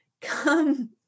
come